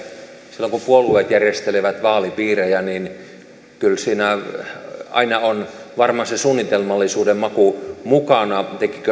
silloin kun puolueet järjestelevät vaalipiirejä kyllä siinä aina on varmaan se suunnitelmallisuuden maku mukana teki